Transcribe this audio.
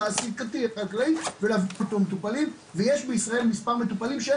הצד התעסוקתי והחקלאי ולהביא אותו למטופלים ויש בישראל מספר מטופלים שאין